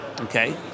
okay